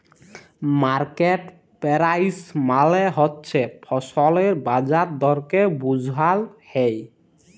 market price মালে হছে ফসলের বাজার দরকে বুঝাল হ্যয়